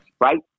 Right